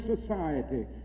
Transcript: society